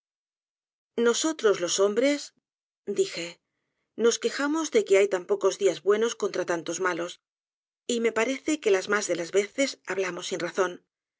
nosotros los hombres dije nos quejamos de que hay tan pocos días buenos contra tantos malos y me parece que las mas de las veces hablamos sin razón